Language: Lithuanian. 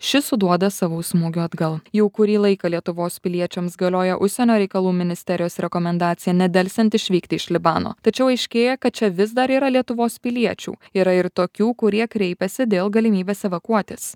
ši suduoda savų smūgių atgal jau kurį laiką lietuvos piliečiams galioja užsienio reikalų ministerijos rekomendacija nedelsiant išvykti iš libano tačiau aiškėja kad čia vis dar yra lietuvos piliečių yra ir tokių kurie kreipiasi dėl galimybės evakuotis